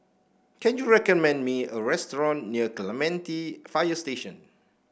can you recommend me a restaurant near Clementi Fire Station